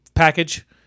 Package